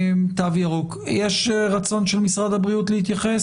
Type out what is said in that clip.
תו ירוק, יש רצון של משרד הבריאות להתייחס?